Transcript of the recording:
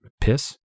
Piss